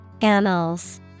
Annals